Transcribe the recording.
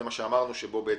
זה מה שאמרנו, הסכמה.